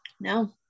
No